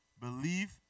Believe